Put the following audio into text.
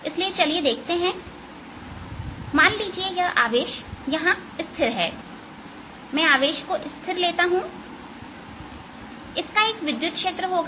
इसलिए चलिए देखते हैं मान लीजिए यह आवेश यहां स्थिर है मैं आवेश को स्थिर लेता हूं इसका एक विद्युत क्षेत्र होगा